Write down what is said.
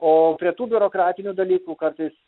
o prie tų biurokratinių dalykų kartais